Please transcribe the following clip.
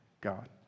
God